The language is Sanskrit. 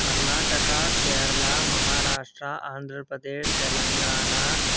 कर्णाटका केरला महाराष्ट्रा आन्ध्रप्रदेशः तेलङ्गाना